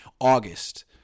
August